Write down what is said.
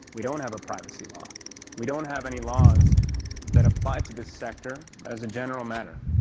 we don't have a privacy law we don't have any laws that apply to this sector as a general matter.